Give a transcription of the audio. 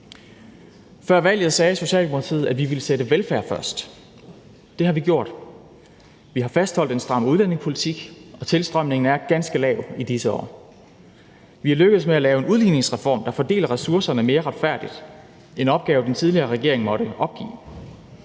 Socialdemokratiet, at vi ville sætte velfærd først. Det har vi gjort. Vi har fastholdt en stram udlændingepolitik, og tilstrømningen er ganske lav i disse år. Vi er lykkedes med at lave en udligningsreform, der fordeler ressourcerne mere retfærdigt; en opgave, den tidligere regering måtte opgive.